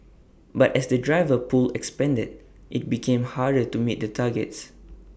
but as the driver pool expanded IT became harder to meet the targets